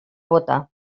votar